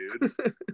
dude